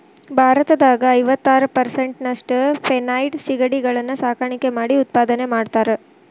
ಭಾರತದಾಗ ಐವತ್ತಾರ್ ಪೇರಿಸೆಂಟ್ನಷ್ಟ ಫೆನೈಡ್ ಸಿಗಡಿಗಳನ್ನ ಸಾಕಾಣಿಕೆ ಮಾಡಿ ಉತ್ಪಾದನೆ ಮಾಡ್ತಾರಾ